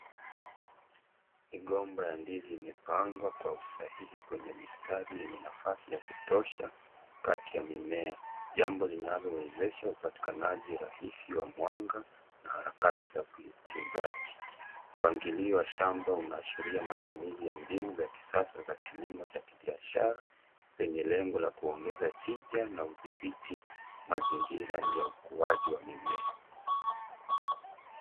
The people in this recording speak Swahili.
Migomba ya ndizi imepangwa kwa usahihi kwenye mistari yenye nafasi ya kutosha kati ya mimea, jambo linalowezesha upatikanaji rahisi wa mwanga na harakati za kiutunzaji. Mpangilio wa shamba unaashiria matumizi ya mbinu za kisasa za kilimo cha kibiashara lenye lengo la kuongeza tija na udhibiti mazingira ya ukuaji wa mimea.